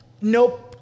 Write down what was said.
nope